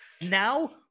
now